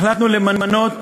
למנות,